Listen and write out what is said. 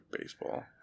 baseball